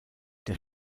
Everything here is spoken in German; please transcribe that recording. der